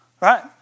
right